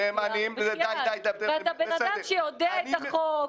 אתה בן אדם שיודע את החוק,